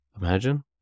Imagine